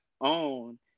own